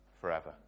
forever